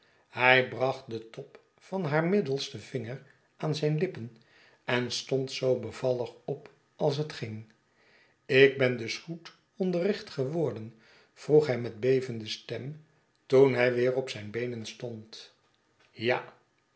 hij bracht den top van haar middelsten vinger aan zijn lippen en stond zoo bevallig op als het ging ik ben dus goed onderricht geworden vroeg hij met bevende stem toen hij weer op zijn beenen stond ja